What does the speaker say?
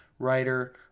Writer